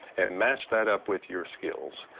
and match that up with your skills.